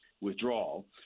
withdrawal